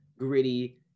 Gritty